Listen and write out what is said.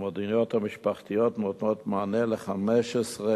המועדוניות המשפחתיות נותנות מענה ל-15,991